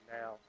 now